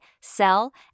sell